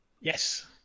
Yes